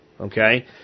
Okay